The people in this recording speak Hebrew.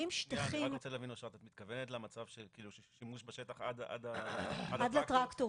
אני רק רוצה להבין: את מתכוונת למצב של שימוש בשטח עד -- עד לטרקטורים.